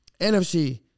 NFC